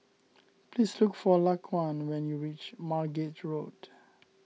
please look for Laquan when you reach Margate Road